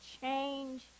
change